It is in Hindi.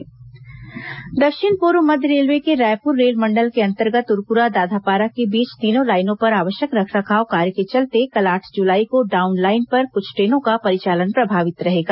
मेगा ब्लॉक दक्षिण पूर्व मध्य रेलवे के रायपुर रेलमंडल के अंतर्गत उरकुरा दाधापारा के बीच तीनों लाइनों पर आवश्यक रखरखाव कार्य के चलते कल आठ जुलाई को डाउन लाइन पर कुछ ट्रेनों का परिचालन प्रभावित रहेगा